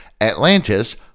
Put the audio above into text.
Atlantis